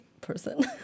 person